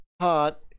Hot